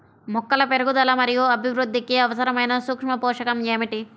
మొక్కల పెరుగుదల మరియు అభివృద్ధికి అవసరమైన సూక్ష్మ పోషకం ఏమిటి?